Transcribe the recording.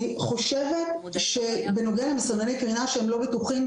אני חושבת שבנוגע למסנני קרינה שהם לא בטוחים,